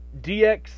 DX